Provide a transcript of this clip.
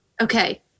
Okay